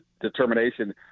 determination